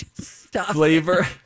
flavor